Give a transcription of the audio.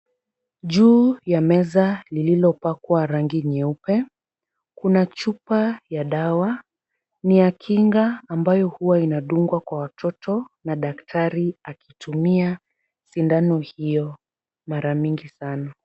Juu ya meza lililopakwa rangi nyeupe, kuna chupa ya dawa. Ni ya kinga ambayo huwa inadungwa kwa watoto na daktari akitumia sindano hiyo mara mingi sana.